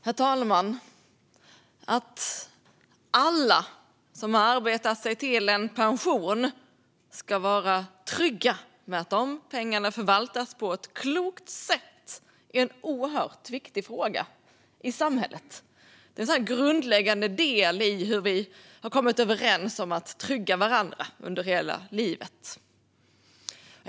Herr talman! Att alla som arbetar sig till en pension ska vara trygga med att pengarna förvaltas på ett klokt sätt är en oerhört viktig fråga i samhället. Det är en grundläggande del i hur vi har kommit överens om att trygga varandra under hela livet.